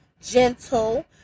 gentle